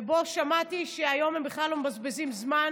ובו שמעתי שהיום הם בכלל לא מבזבזים זמן,